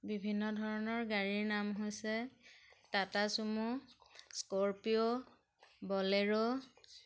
বিভিন্ন ধৰণৰ গাড়ীৰ নাম হৈছে টাটা চুমু স্কৰপিঅ' বলেৰো